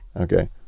Okay